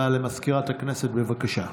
הודעה למזכירת הכנסת, בבקשה.